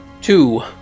Two